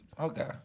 Okay